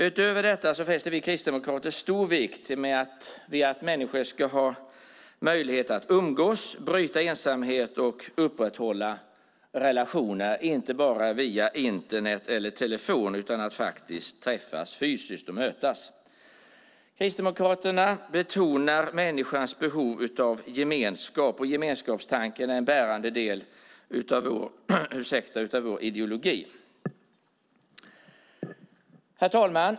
Utöver detta fäster vi kristdemokrater stor vikt vid att människor ska ha möjlighet att umgås, bryta ensamhet och upprätthålla relationer inte bara via Internet och telefon utan att faktiskt träffas fysiskt. Kristdemokraterna betonar människans behov av gemenskap. Gemenskapstanken är en bärande del av vår ideologi. Herr talman!